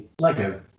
Lego